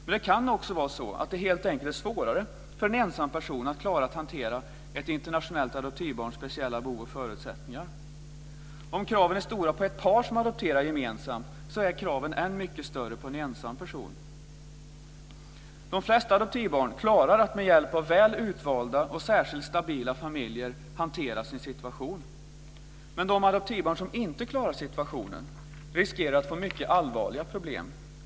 Men det kan också vara så att det helt enkelt är svårare för en ensam person att klara av att hantera ett internationellt adoptivbarns speciella behov och förutsättningar. Om kraven är stora på ett par som adopterar gemensamt är kraven än mycket större på en ensam person. De flesta adoptivbarn klarar av att med hjälp av väl utvalda och särskilt stabila familjer hantera sin situation. Men de adoptivbarn som inte klarar av situationen riskerar att få mycket allvarliga problem.